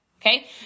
Okay